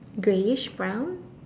greyish brown